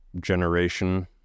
generation